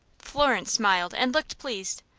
florence smiled, and looked pleased.